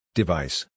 Device